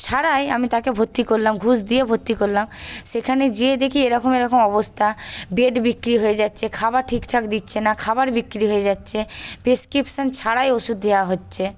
ছাড়াই আমি তাকে ভর্তি করলাম ঘুষ দিয়ে ভর্তি করলাম সেখানে গিয়ে দেখি এরকম এরকম অবস্থা বেড বিক্রি হয়ে যাচ্ছে খাওয়া ঠিকঠাক দিচ্ছে না খাবার বিক্রি হয়ে যাচ্ছে প্রেসক্রিপশান ছাড়াই ওষুধ দেওয়া হচ্ছে